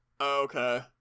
Okay